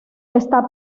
está